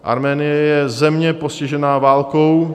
Arménie je země postižená válkou.